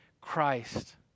Christ